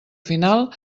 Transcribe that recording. final